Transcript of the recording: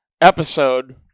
episode